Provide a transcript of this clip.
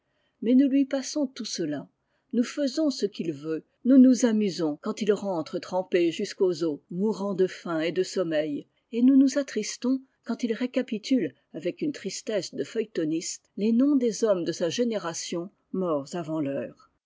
mais nous lui passons tout cela nous faisons ce qu'il veut nous nous amusons quand il rentre trempé jusqu'aux os mourant de faim et de sommeil et nous nous attristons quand il récapitule avec une tristesse de feuilletonniste les noms des hommes de sa génération morts avant l'heure